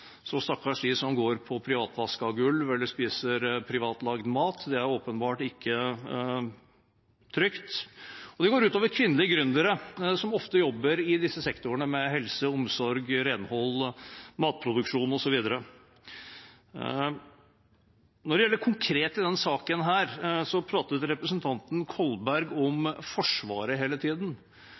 Så stakkars dem som går på privatvaskede gulv eller spiser privatlagd mat, det er åpenbart ikke trygt. Og det går ut over kvinnelige gründere, som ofte jobber i disse sektorene – med helse, omsorg, renhold, matproduksjon osv. Når det gjelder denne saken konkret, pratet representanten Kolberg hele tiden om Forsvaret.